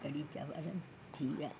कढ़ी चांवर थी विया